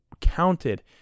counted